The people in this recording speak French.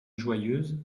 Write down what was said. joyeuse